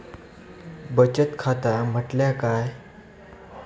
बचत खाता म्हटल्या काय?